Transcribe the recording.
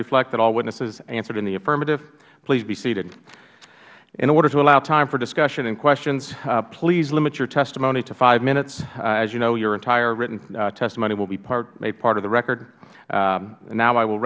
reflect that all witnesses answered in the affirmative please be seated in order to allow time for discussion and questions please limit your testimony to five minutes as you know your entire written testimony will be made part of the record now i will